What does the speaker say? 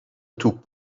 توپ